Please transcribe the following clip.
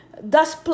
Thus